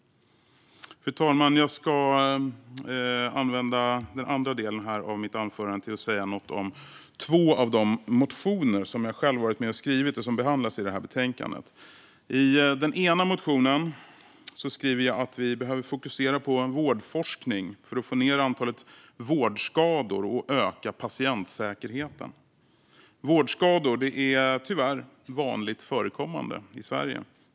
Fru talman! Jag ska använda andra delen av mitt anförande till att säga något om två av de motioner som jag själv varit med och skrivit och som behandlas i betänkandet. I den ena motionen skriver jag att vi behöver fokusera på vårdforskning för att få ned antalet vårdskador och öka patientsäkerheten. Vårdskador är tyvärr vanligt förekommande i Sverige.